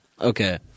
Okay